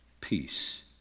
Peace